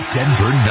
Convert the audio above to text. Denver